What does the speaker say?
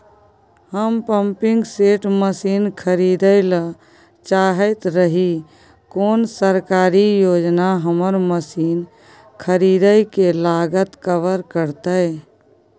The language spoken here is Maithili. हम पम्पिंग सेट मसीन खरीदैय ल चाहैत रही कोन सरकारी योजना हमर मसीन खरीदय के लागत कवर करतय?